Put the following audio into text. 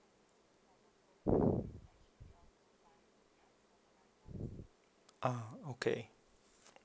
ah okay